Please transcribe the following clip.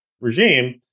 regime